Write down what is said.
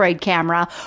camera